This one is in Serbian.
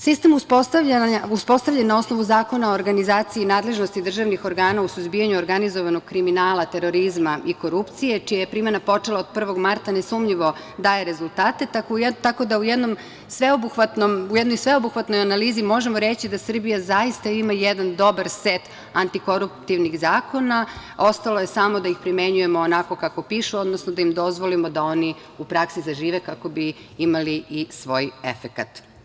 Sistem uspostavljen na osnovu Zakona o organizaciji i nadležnosti državnih organa u suzbijanju organizovanog kriminala, terorizma i korupcije čija je primena počela od 1. marta nesumnjivo daje rezultate, tako da u jednoj sveobuhvatnoj analizi možemo reći da Srbija zaista ima jedan dobar set antikoruptivnih zakona, ostalo je samo da ih primenjujemo onako kako piše, odnosno da im dozvolimo da oni u praksi zažive kako bi imali i svoj efekat.